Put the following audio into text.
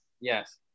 yes